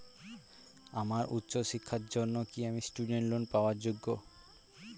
আমার উচ্চ শিক্ষার জন্য কি আমি স্টুডেন্ট লোন পাওয়ার যোগ্য?